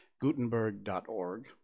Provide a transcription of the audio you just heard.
Gutenberg.org